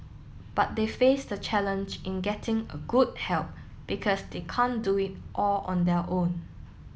but they face the challenge in getting a good help because they can't do it all on their own